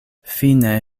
fine